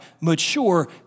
mature